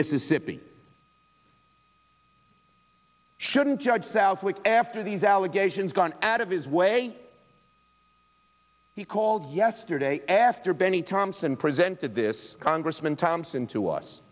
mississippi shouldn't judge southwick after these allegations gone out of his way he called yesterday after bennie thompson presented this congressman thompson to us